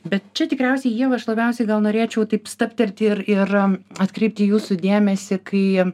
bet čia tikriausiai ieva aš labiausiai gal norėčiau taip stabtelti ir ir atkreipti jūsų dėmesį kai